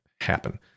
happen